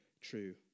true